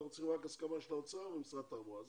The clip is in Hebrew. אנחנו צריכים רק הסכמה של האוצר ומשרד התחבורה,